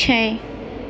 छै